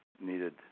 needed